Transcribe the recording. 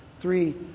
Three